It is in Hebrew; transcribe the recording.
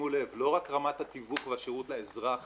לא רק רמת התיווך והשירות לאזרח